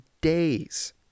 days